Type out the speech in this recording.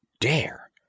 dare